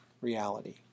Reality